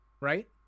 right